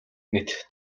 мэт